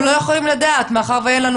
אנחנו לא יכולים לדעת מאחר שאין לנו